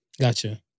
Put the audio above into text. Gotcha